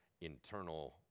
internal